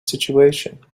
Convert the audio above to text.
situation